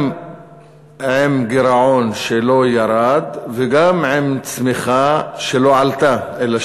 גם עם גירעון שלא ירד וגם צמיחה שלא עלתה אלא